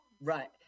Right